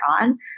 on